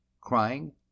crying